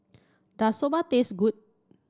does Soba taste good